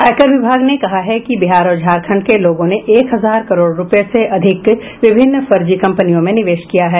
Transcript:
आयकर विभाग ने कहा है कि बिहार और झारखंड के लोगों ने एक हजार करोड़ रूपये से अधिक विभिन्न फर्जी कंपनियों में निवेश किया है